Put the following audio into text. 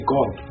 God